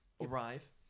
arrive